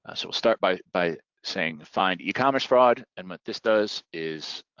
ah so we'll start by by saying find ecommerce fraud and what this does is,